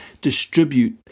distribute